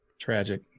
Tragic